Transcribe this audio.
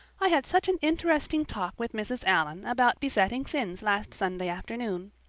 i had such an interesting talk with mrs. allan about besetting sins last sunday afternoon.